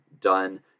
done